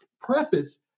preface